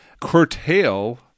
curtail